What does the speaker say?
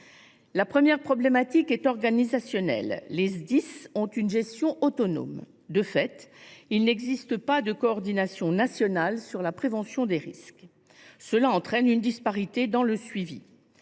La première problématique est organisationnelle. Les Sdis étant gérés de manière autonome, il n’existe pas de coordination nationale sur la prévention des risques, ce qui entraîne des disparités dans le suivi.